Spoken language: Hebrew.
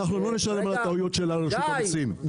אנחנו לא נשלם על הטעויות של הרשות -- גיא,